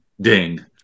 ding